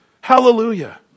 Hallelujah